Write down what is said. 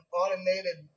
automated